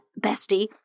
bestie